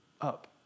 up